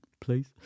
please